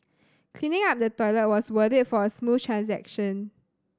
cleaning up the toilet was worth it for a smooth transaction